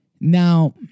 Now